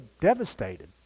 devastated